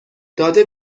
داده